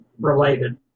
related